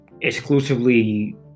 exclusively